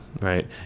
right